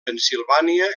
pennsilvània